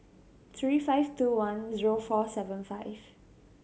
three five two one zero four seven five